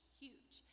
huge